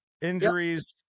injuries